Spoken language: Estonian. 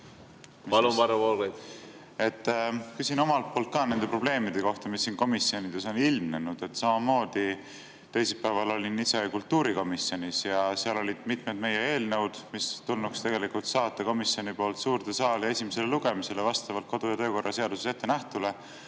Küsin omalt poolt ka nende probleemide kohta, mis komisjonides on ilmnenud. Samamoodi olin teisipäeval ise kultuurikomisjonis ja seal olid mitmed meie eelnõud, mis tulnuks komisjonil tegelikult saata suurde saali esimesele lugemisele vastavalt kodu‑ ja töökorra seaduses ettenähtule.